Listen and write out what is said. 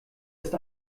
ist